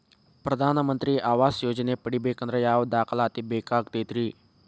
ಪ್ರಧಾನ ಮಂತ್ರಿ ಆವಾಸ್ ಯೋಜನೆ ಪಡಿಬೇಕಂದ್ರ ಯಾವ ದಾಖಲಾತಿ ಬೇಕಾಗತೈತ್ರಿ?